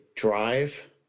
Drive